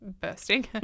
bursting